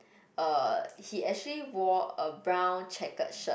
uh he actually wore a brown checkered shirt